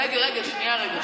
רגע, רגע,